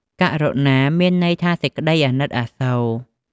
ករុណា មានន័យថា សេចក្តីអាណិតអាសូរ។